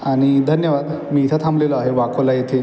आणि धन्यवाद मी इथं थांबलेलो आहे वाकोला येथे